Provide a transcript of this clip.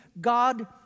God